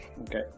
Okay